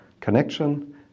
connection